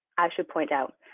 i should point out